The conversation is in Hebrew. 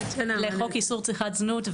לחוק איסור צריכת זנות,